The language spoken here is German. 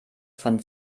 von